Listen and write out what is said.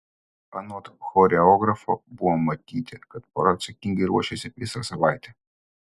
anot choreografo buvo matyti kad pora atsakingai ruošėsi visą savaitę